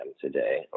today